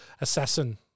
assassin